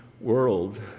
world